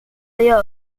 dio